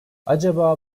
acaba